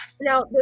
Now